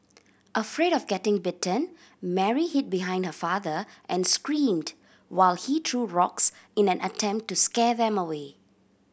afraid of getting bitten Mary hid behind her father and screamed while he threw rocks in an attempt to scare them away